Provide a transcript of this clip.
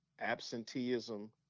absenteeism